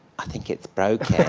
i think it's broken.